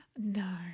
No